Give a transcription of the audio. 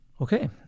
Okay